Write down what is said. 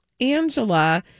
Angela